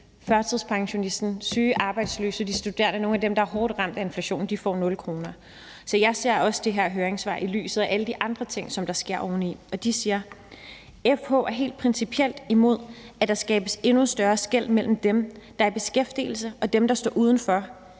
førtidspensionisten, den syge, de studerende – nogle af dem, der er hårdt ramt af inflationen – får 0 kr. Så jeg ser også det her høringssvar i lyset af alle de andre ting, som der sker oveni. FH siger: »FH er helt principielt imod, at der skabes endnu større skel mellem dem, der er i beskæftigelse, og dem, der står udenfor,